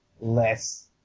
less